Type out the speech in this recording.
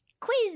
quiz